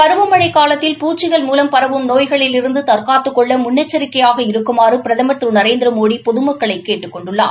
பருவமழை காலத்தில் பூச்சிகள் மூலம் பரவும் நோய்களிலிருந்து தற்காத்துக் கொள்ள முன்னெச்சரிக்கையாக இருக்குமாறு பிரதமர் திரு நரேந்திர மோடி பொதமக்களை கேட்டுக் கொண்டுள்ளார்